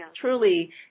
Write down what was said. truly